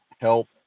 help